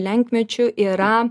lenkmečiu yra